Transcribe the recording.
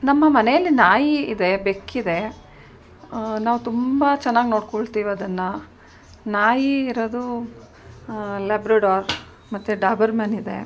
ನಮ್ಮ ಮನೆಯಲ್ಲಿ ನಾಯಿ ಇದೆ ಬೆಕ್ಕಿದೆ ನಾವು ತುಂಬ ಚೆನ್ನಾಗಿ ನೋಡ್ಕೊಳ್ತೀವಿ ಅದನ್ನು ನಾಯಿ ಇರೋದು ಲೆಬ್ರಡಾರ್ ಮತ್ತು ಡಾಬರ್ಮೆನ್ ಇದೆ